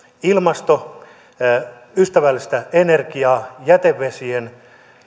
ilmastoystävällistä energiaa jätevesien